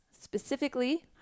specifically